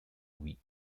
week